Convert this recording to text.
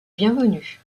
bienvenu